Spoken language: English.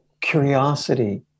curiosity